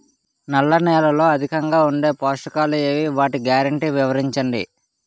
నల్ల నేలలో అధికంగా ఉండే పోషకాలు ఏవి? వాటి గ్యారంటీ వివరించండి?